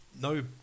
no